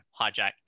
hijacked